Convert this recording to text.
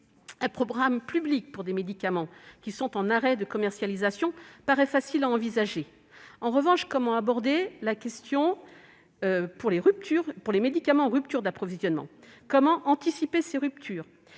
Un programme public pour des médicaments qui sont en arrêt de commercialisation paraît facile à envisager. En revanche, comment aborder la question pour les médicaments qui sont en rupture d'approvisionnement ? Comment anticiper ces ruptures ?